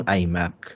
iMac